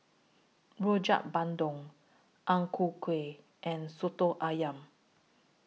Rojak Bandung Ang Ku Kueh and Soto Ayam